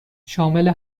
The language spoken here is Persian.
شامل